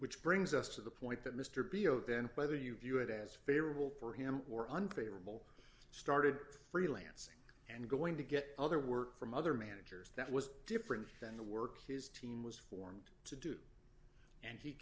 which brings us to the point that mr b oh then either you view it as favorable for him or unfavorable started freelancing and going to get other work from other managers that was different than the work his team was formed to do and he